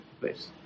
please